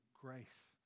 grace